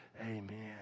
amen